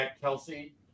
Kelsey